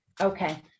Okay